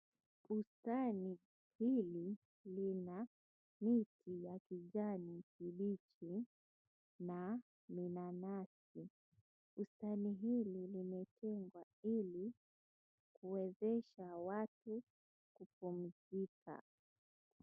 Bustani hili lina miti ya kijani kibichi na minanasi. Bustani hili limejengwa ili kuwezesha watu kupumzika.